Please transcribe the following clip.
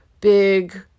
big